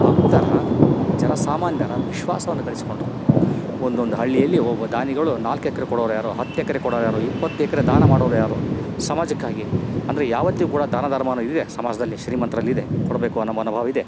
ಭಕ್ತರ ಜನಸಾಮಾನ್ಯರ ವಿಶ್ವಾಸವನ್ನು ಗಳಿಸಿಕೊಂಡರು ಒಂದೊಂದು ಹಳ್ಳಿಯಲ್ಲಿ ಒಬ್ಬೊಬ್ಬ ದಾನಿಗಳು ನಾಲ್ಕು ಎಕ್ರೆ ಕೊಡೋವ್ರ್ಯಾರು ಹತ್ತು ಎಕ್ರೆ ಕೊಡೋವ್ರ್ಯಾರು ಇಪ್ಪತ್ತು ಎಕ್ರೆ ದಾನ ಮಾಡೋವ್ರ್ಯಾರು ಸಮಾಜಕ್ಕಾಗಿ ಅಂದರೆ ಯಾವತ್ತಿಗು ಕೂಡ ದಾನ ಧರ್ಮ ಅನ್ನೋದಿದೆ ಸಮಾಜದಲ್ಲಿ ಶ್ರೀಮಂತ್ರಲ್ಲಿದೆ ಕೊಡಬೇಕು ಅನ್ನೋ ಮನೋಭಾವ ಇದೆ